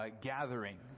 gathering